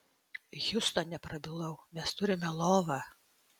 hjustone prabilau mes turime lovą